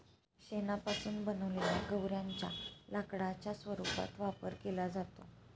शेणापासून बनवलेल्या गौर्यांच्या लाकडाच्या रूपात वापर केला जातो